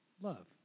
Love